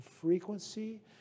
frequency